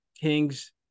kings